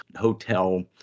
hotel